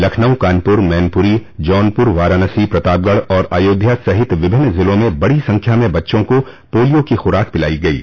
लखनऊ कानपुर मैनपुरी जौनपुर वाराणसी प्रतापगढ़ और अयोध्या सहित विभिन्न जिलों में बड़ी संख्या में बच्चों को पोलियो की खुराक पिलायी गयी